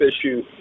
issue